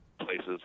places